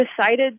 decided